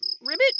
Ribbit